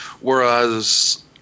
whereas